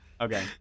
Okay